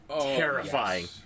terrifying